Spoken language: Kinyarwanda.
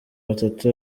batatu